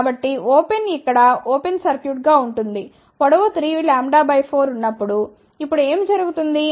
కాబట్టి ఓపెన్ ఇక్కడ open circuit గా ఉంటుంది పొడవు 3λ 4ఉన్నప్పుడు ఇప్పుడు ఏమి జరుగుతుంది